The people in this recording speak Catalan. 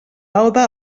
laude